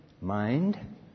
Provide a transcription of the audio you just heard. mind